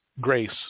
grace